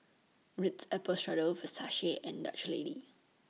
Ritz Apple Strudel Versace and Dutch Lady